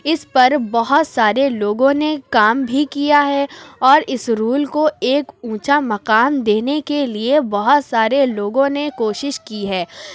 اس پر بہت سارے لوگوں نے کام بھی کیا ہے اور اس رول کو ایک اونچا مقام دینے کے لیے بہت سارے لوگوں نے کوشش کی ہے